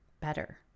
better